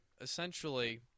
essentially